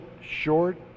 short